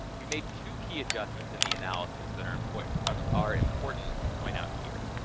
we made two key adjustments in the analysis that are important um are important to point out here.